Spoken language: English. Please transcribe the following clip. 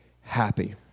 happy